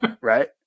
Right